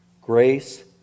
Grace